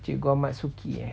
cikgu ahmad suki eh